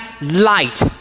light